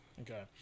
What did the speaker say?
Okay